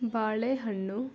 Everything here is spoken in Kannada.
ಬಾಳೆಹಣ್ಣು